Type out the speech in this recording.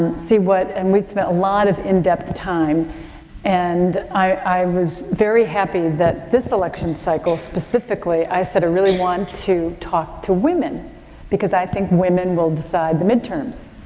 see what, and we spent a lot of in-depth time and i, i was very happy that this election cycle specifically i said i really want to talk to women because i think women will decide the midterms.